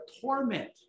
torment